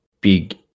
big